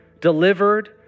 delivered